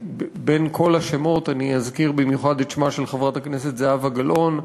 בין כל השמות אני אזכיר במיוחד את שמה של חברת הכנסת זהבה גלאון,